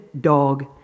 dog